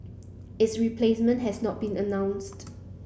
its replacement has not been announced